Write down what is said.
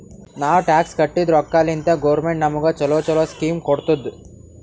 ನಾವ್ ಟ್ಯಾಕ್ಸ್ ಕಟ್ಟಿದ್ ರೊಕ್ಕಾಲಿಂತೆ ಗೌರ್ಮೆಂಟ್ ನಮುಗ ಛಲೋ ಛಲೋ ಸ್ಕೀಮ್ ಕೊಡ್ತುದ್